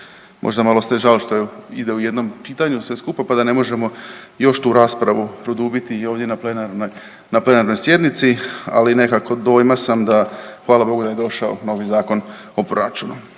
Možda malo ste žao što ide u jednom čitanju sve skupa, pa da ne možemo još tu raspravu produbiti i ovdje na plenarnoj, na plenarnoj sjednici, ali nekako dojma sam da hvala Bogu da je došao novi Zakon o proračunu.